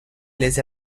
les